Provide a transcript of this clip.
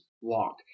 walk